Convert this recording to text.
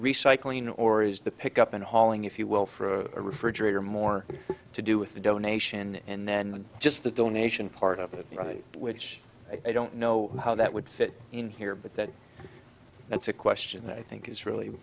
recycling or is the pick up and hauling if you will for a refrigerator more to do with the donation and then just the donation part of it right which i don't know how that would fit in here but that that's a question that i think is really